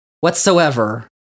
whatsoever